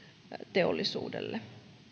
teollisuudelle